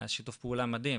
היה שיתוף פעולה מדהים.